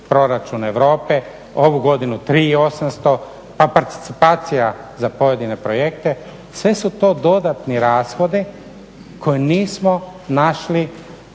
proračun Europe ovu godinu 3800, pa participacija za pojedine projekte, sve su to dodatni rashodi koje nismo našli